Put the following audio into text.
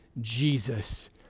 Jesus